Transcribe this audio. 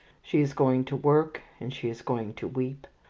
she is going to work and she is going to weep,